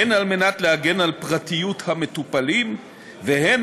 הן על מנת להגן על פרטיות המטופלים והן